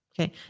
Okay